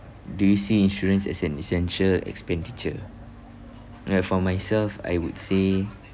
do you see insurance as an essential expenditure like for myself I would say